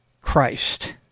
Christ